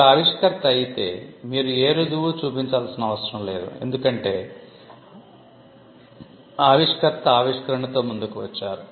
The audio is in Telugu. మీరు ఆవిష్కర్త అయితే మీరు ఏ రుజువు చూపించాల్సిన అవసరం లేదు ఎందుకంటే ఆవిష్కర్త ఆవిష్కరణతో ముందుకు వచ్చారు